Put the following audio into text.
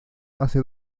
hace